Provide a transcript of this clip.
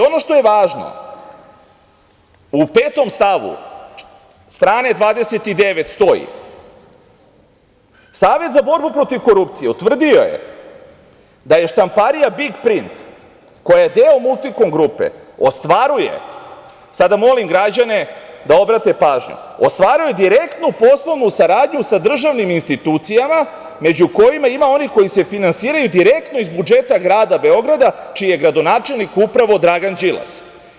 Ono što je važno, u 5. stavu strane 29. stoji – Savet za borbu protiv korupcije utvrdio je da štamparija „Big print“, koja je deo „Multikom grupe“, ostvaruje, sada molim građane da obrate pažnju, ostvaruje direktnu poslovnu saradnju sa državnim institucijama, među kojima ima onih koje se finansiraju direktno iz budžeta grada Beograda, čiji je gradonačelnik upravo Dragan Đilas.